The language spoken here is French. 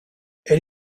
elle